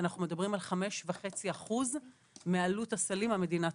אנחנו מדברים על 5.5% מעלות הסלים המדינה תומכת.